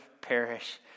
perish